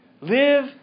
Live